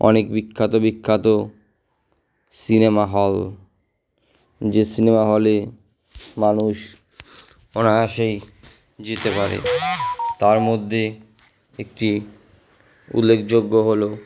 অনেক বিখ্যাত বিখ্যাত সিনেমা হল যে সিনেমা হলে মানুষ অনায়াসেই যেতে পারে তার মধ্যে একটি উল্লেখযোগ্য হলো